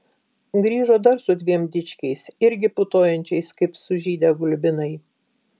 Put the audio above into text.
grįžo dar su dviem dičkiais irgi putojančiais kaip sužydę gulbinai